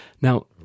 now